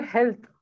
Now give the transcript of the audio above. Health